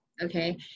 okay